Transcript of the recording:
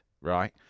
right